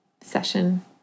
session